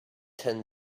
ten